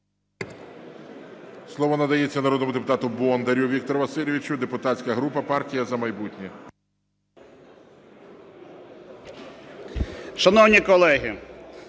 Слово надається народному депутату Бондарю Віктору Васильовичу, депутатська група "Партія "За майбутнє".